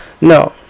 No